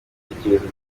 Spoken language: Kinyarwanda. ibitekerezo